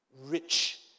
rich